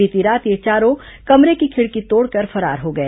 बीती रात ये चारों कमरे की खिड़की तोड़कर फरार हो गए